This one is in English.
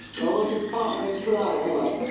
so where's your partner in crime, anyway?